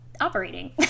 operating